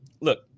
look